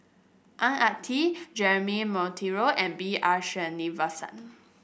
Ang Ah Tee Jeremy Monteiro and B R Sreenivasan